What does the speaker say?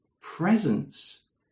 presence